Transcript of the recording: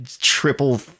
triple